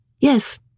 Yes